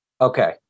Okay